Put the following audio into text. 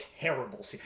terrible